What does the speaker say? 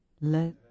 let